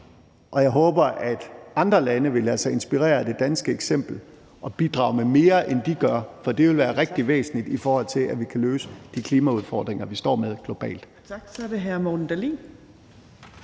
og jeg håber, at andre lande vil lade sig inspirere af det danske eksempel og bidrage med mere, end de gør, for det vil være rigtig væsentligt, i forhold til at vi kan løse de klimaudfordringer, vi står med globalt.